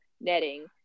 netting